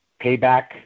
payback